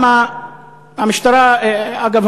אגב,